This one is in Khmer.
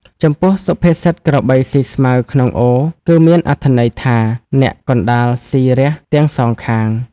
ចំពោះ សុភាសិតក្របីស៊ីស្មៅក្នុងអូរ គឺមានអត្ថន័យថា អ្នកកណ្ដាលស៊ីរះទាំងសងខាង ។